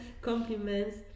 compliments